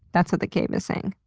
that's what the cave is saying.